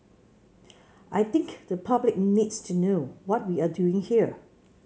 I think the public needs to know what we're doing here